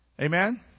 Amen